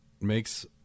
makes